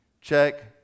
Check